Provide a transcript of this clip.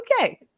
okay